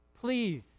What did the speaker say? please